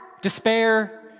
despair